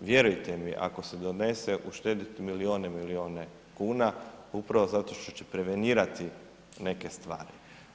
vjerujte mi, ako se donese uštediti milijune i milijune kuna upravo zato što će prevenirati neke stvari.